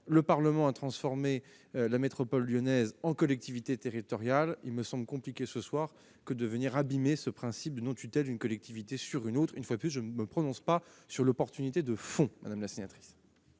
le Parlement a transformé la métropole lyonnaise en collectivité territoriale. Il me semble compliqué ce soir de venir abîmer ce principe de non-tutelle d'une collectivité sur une autre. Néanmoins, j'y insiste, je ne me prononce pas sur l'opportunité de fond, madame la sénatrice.